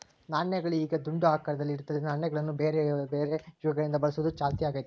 ನಾಣ್ಯಗಳು ಈಗ ದುಂಡು ಆಕಾರದಲ್ಲಿ ಇರುತ್ತದೆ, ನಾಣ್ಯಗಳನ್ನ ಬೇರೆಬೇರೆ ಯುಗಗಳಿಂದ ಬಳಸುವುದು ಚಾಲ್ತಿಗೈತೆ